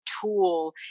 tool